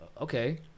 okay